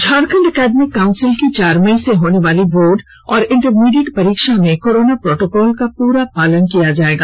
Jharkhand academic council की चार मई से होनेवाली बोर्ड और इंटरमीडिएट परीक्षा में कोरोना प्रोटोकॉल का पूरा पालन किया जाएगा